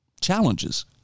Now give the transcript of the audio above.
challenges